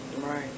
Right